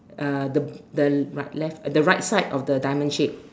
uh the the right left the right side of the diamond shape